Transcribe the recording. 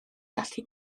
gallu